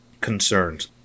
concerns